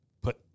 put